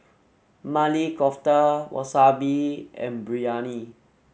Maili Kofta Wasabi and Biryani